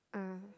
ah